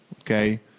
okay